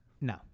No